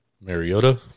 Mariota